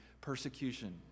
persecution